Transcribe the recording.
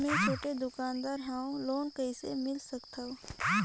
मे छोटे दुकानदार हवं लोन कइसे ले सकथव?